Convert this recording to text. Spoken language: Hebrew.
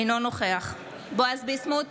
אינו נוכח בועז ביסמוט,